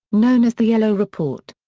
known as the yellow report.